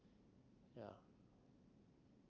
yeah